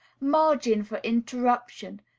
margin for interruption,